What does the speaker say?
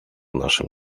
нашем